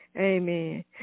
Amen